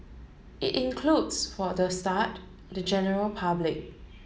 it includes for the start the general public